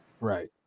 Right